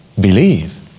Believe